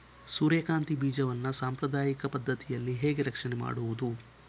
ಸೂರ್ಯಕಾಂತಿ ಬೀಜವನ್ನ ಸಾಂಪ್ರದಾಯಿಕ ಪದ್ಧತಿಯಲ್ಲಿ ಹೇಗೆ ರಕ್ಷಣೆ ಮಾಡುವುದು